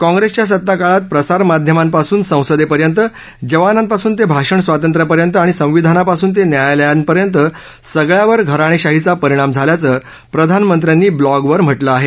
काँप्रेसच्या सत्ताकाळात प्रसारमाध्यमांपासून संसदेपर्यंत जवानांपासून ते भाषण स्वातंत्र्यपर्यंत आणि संविधानापासून ते न्यायालयांपर्यंत सगळ्यावर घराणेशाहीचा परिणाम झाल्याचं प्रधानमंत्र्यांनी ब्लॉगवर म्हटलं आहे